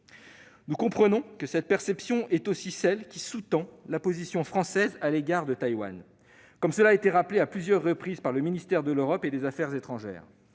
Nous comprenons que cette perception est aussi celle qui sous-tend la position française à l'égard de Taïwan, comme l'a rappelé à plusieurs reprises le ministère de l'Europe et des affaires étrangères.